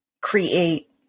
create